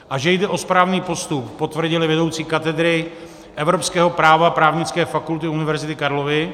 A že jde o správný postup, potvrdil i vedoucí katedry Evropského práva právnické fakulty Univerzity Karlovy.